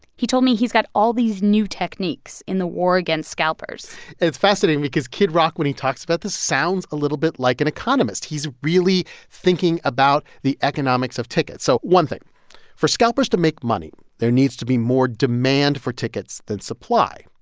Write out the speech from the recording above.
he told me he's got all these new techniques in the war against scalpers and it's fascinating because kid rock, when he talks about this, sounds a little bit like an economist. he's really thinking about the economics of tickets. so one thing for scalpers to make money, there needs to be more demand for tickets than supply.